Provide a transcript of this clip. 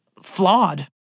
flawed